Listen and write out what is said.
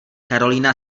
karolína